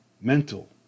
mental